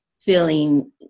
feeling